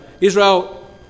Israel